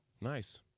Nice